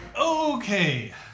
Okay